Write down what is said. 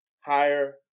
higher